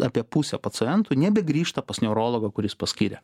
apie pusė pacientų nebegrįžta pas neurologą kuris paskyrė